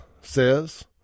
says